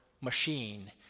machine